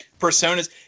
personas –